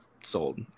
sold